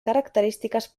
característiques